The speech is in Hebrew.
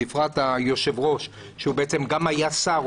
בפרט היושב-ראש שהיה גם שר,